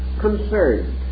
concerned